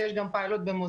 אז יש גם פיילוט במוזיאון.